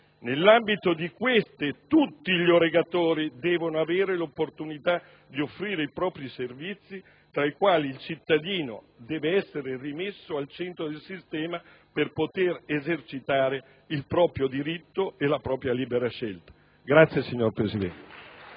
Nell'ambito di queste, tutti gli erogatori devono avere l'opportunità di offrire i propri servizi, tra i quali il cittadino deve essere rimesso al centro del sistema per poter esercitare il proprio diritto e la propria libera scelta. *(Applausi dal